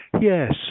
Yes